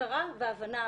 הכרה והבנה.